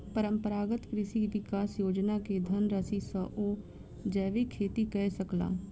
परंपरागत कृषि विकास योजना के धनराशि सॅ ओ जैविक खेती कय सकला